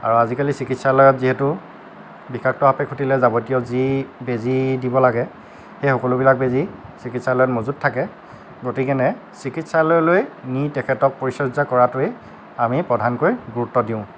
আৰু আজিকালি চিকিৎসালয়ত যিহেতু বিষাক্ত সাপে খুটিলে যাৱতীয় যি বেজী দিব লাগে সেই সকলোবিলাক বেজি চিকিৎসালয়ত মজুত থাকে গতিকে চিকিৎসালয়লৈ নি তেখেতক নি পৰিচৰ্যা কৰাটোৱেই আমি প্ৰধানকৈ গুৰুত্ব দিওঁ